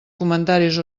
comentaris